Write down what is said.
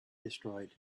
destroyed